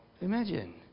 Imagine